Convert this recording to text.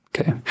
okay